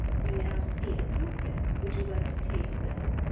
you now see the comfits would you like to taste them?